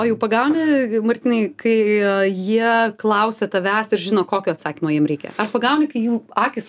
o jau pagauni martynai kai jie klausia tavęs ir žino kokio atsakymo jiem reikia ar pagauni kai jų akys